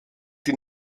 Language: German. die